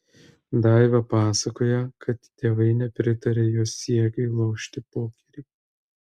daiva pasakoja kad tėvai nepritarė jos siekiui lošti pokerį